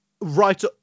right